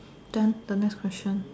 then the next question